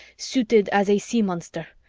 suited as a sea monster.